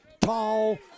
tall